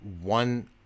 one